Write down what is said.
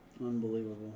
Unbelievable